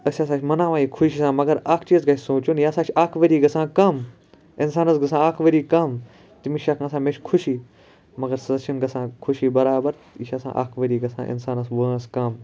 أسۍ ہَسا چھِ مَناوان یہِ خوشی سان مَگَر اکھ چیز گَژھِ سونٛچُن یہِ ہَسا چھُ اَکھ ؤری گَژھان کَم اِنسانَس گَژھان اَکھ ؤری کَم تٔمِس چھُ شَخ نَسا مےٚ چھِ خُوشی مگر سُہ حظ چھُنہِ گَژھان خوشی برابر یہِ چھُ آسان اکھ ؤری گَژھان اِنسانَس وٲنٛس کَم